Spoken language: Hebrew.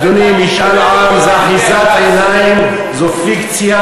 אדוני, משאל עם זה אחיזת עיניים, זו פיקציה,